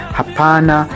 hapana